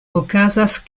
okazas